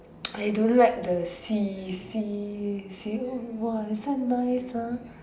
I don't like the see see see hmm !wah! this one nice ah